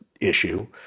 issue